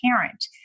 parent